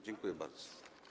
Dziękuję bardzo.